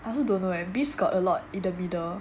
I also don't know leh business got a lot in the middle